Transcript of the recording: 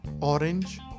orange